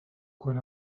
quan